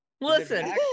listen